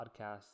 podcast